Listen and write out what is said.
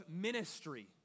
ministry